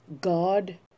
God